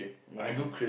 ya